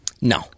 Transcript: No